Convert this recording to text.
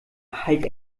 halt